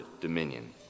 dominion